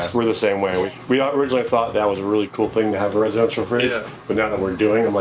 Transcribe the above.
we're the same way. we we ah originally thought that was a really cool thing to have a residential fridge and but now that we're doing, i'm like,